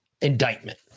indictment